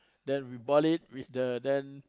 then we bought it with the then